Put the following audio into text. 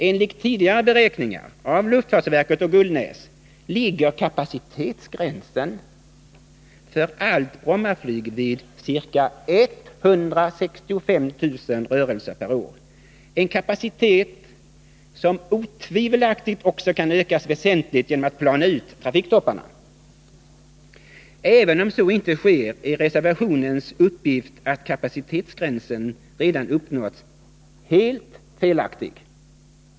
Enligt tidigare beräkningar av luftfartsverket och Ingvar Gullnäs ligger kapacitetsgränsen för allt Brommaflyg vid ca 165 000 rörelser per år, en kapacitet som otvivelaktigt kan ökas väsentligt genom att plana ut trafiktopparna. Även om så inte sker, är reservationens uppgift att kapacitetsnivån redan uppnåtts helt felaktig.